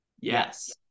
Yes